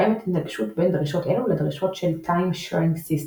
קיימת התנגשות בין דרישות אלו לדרישות של time-sharing systems,